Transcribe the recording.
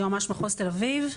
יועמ"ש מחוז תל אביב.